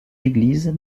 églises